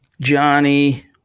Johnny